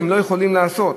הם לא יכולים לעשות.